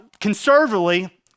conservatively